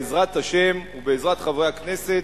בעזרת השם ובעזרת חברי הכנסת,